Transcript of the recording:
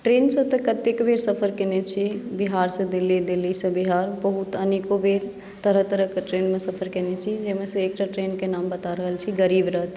ट्रेनसँ तऽ कतेक बेर सफर कयने छी बिहारसँ दिल्ली दिल्लीसँ बिहार बहुत अनेको बेर तरह तरहके ट्रेनमे सफर कयने छी जइमे सँ एकटा ट्रेनके नाम बता रहल छी गरीब रथ